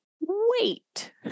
Wait